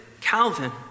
Calvin